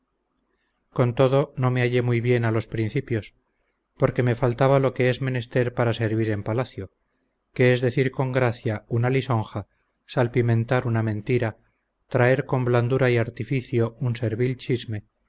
con todo no me hallé muy bien a los principios porque me faltaba lo que es menester para servir en palacio que es decir con gracia una lisonja salpimentar una mentira traer con blandura y artificio un servil chisme